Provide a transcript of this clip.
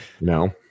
No